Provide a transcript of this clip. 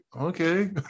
okay